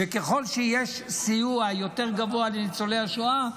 וככל שיש סיוע יותר גבוה לניצולי השואה,